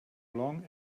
long